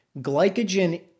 glycogen